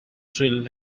drill